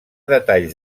detalls